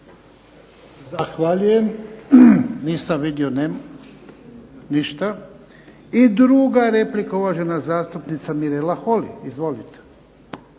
Zahvaljujem. Ništa. I druga replika uvažena zastupnica MIrela Holy. **Holy,